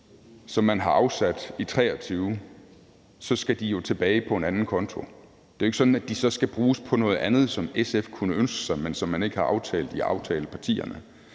som man har afsat i 2023, så skal de jo tilbage på en anden konto. Det er jo ikke sådan, at de så skal bruges på noget andet, som SF kunne ønske sig, men som man ikke har aftalt i aftalepartierne.